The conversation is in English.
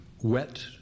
wet